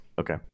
Okay